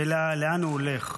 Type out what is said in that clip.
אלא לאן הוא הולך.